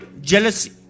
jealousy